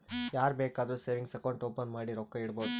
ಯಾರ್ ಬೇಕಾದ್ರೂ savings account open ಮಾಡಿ ರೊಕ್ಕಾ ಇಡ್ಬೋದು